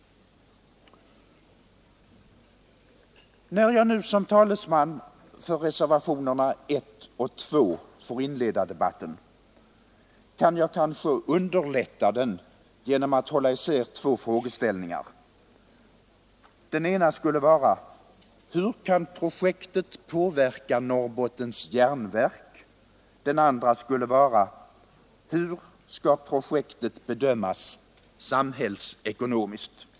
När jag nu som talesman för reservationerna 1 och 2 får inleda debatten kan jag kanske underlätta den genom att hålla isär två frågeställningar. Den ena skulle vara: Hur kan projektet påverka Norrbottens järnverk? Den andra skulle vara: Hur skall projektet bedömas samhällsekonomiskt?